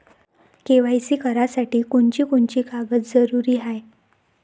KYC करासाठी कोनची कोनची कागद जरुरी हाय?